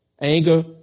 Anger